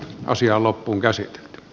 asiaa loppuun käsint